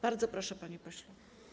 Bardzo proszę, panie pośle.